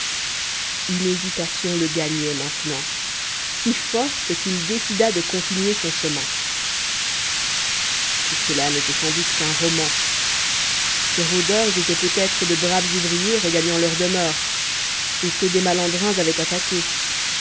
une hésitation le gagnait maintenant si forte qu'il décida de continuer son chemin tout cela n'était sans doute qu'un roman ces rôdeurs étaient peut-être de braves ouvriers regagnant leur demeure et que des malandrins avaient attaqués